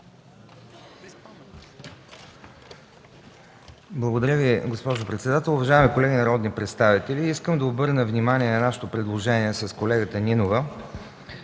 Благодаря Ви, госпожо председател. Уважаеми колеги народни представители, искам да обърна внимание на нашето предложение с колегата Нинова,